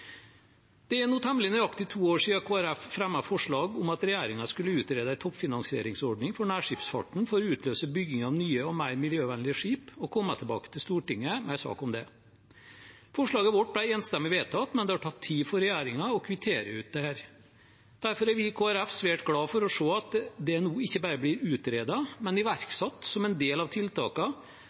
Det er nå temmelig nøyaktig to år siden Kristelig Folkeparti fremmet forslag om at regjeringen skulle utrede en toppfinansieringsordning for nærskipsfarten for å utløse bygging av nye og mer miljøvennlige skip og komme tilbake til Stortinget med en sak om det. Forslaget vårt ble enstemmig vedtatt, men det har tatt tid for regjeringen å kvittere ut dette. Derfor er vi i Kristelig Folkeparti svært glad for å se at det nå ikke bare blir utredet, men iverksatt som en del av